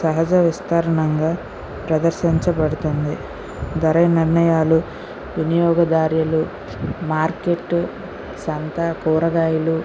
సహజ విస్తారణంగా ప్రదర్శించబడుతుంది ధర నిర్ణయాలు వినియోగదారులు మార్కెట్ సంత కూరగాయలు